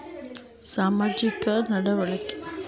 ಸಾಮಾಜಿಕ ನಡವಳಿಕೆಯ ಫಲಿತಾಂಶಕ್ಕೆ ಚಿಕ್ಕ ಉತ್ತರವೇನು? ಪರಿಸ್ಥಿತಿ ಅಥವಾ ಮಗು?